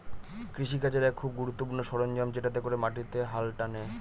কৃষি কাজের এক খুব গুরুত্বপূর্ণ সরঞ্জাম যেটাতে করে মাটিতে হাল টানে